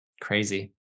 Crazy